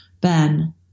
Ben